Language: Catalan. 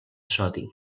sodi